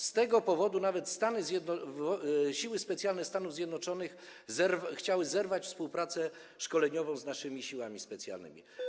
Z tego powodu nawet siły specjalne Stanów Zjednoczonych chciały zerwać współpracę szkoleniową z naszymi siłami specjalnymi.